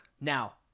Now